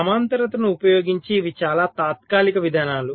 సమాంతరతను ఉపయోగించి ఇవి చాలా తాత్కాలిక విధానాలు